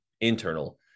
internal